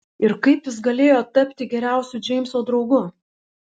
ir kaip jis galėjo tapti geriausiu džeimso draugu